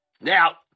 Now